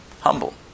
humble